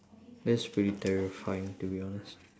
that's pretty terrifying to be honest